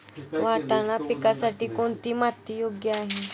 वाटाणा पिकासाठी कोणती माती योग्य आहे?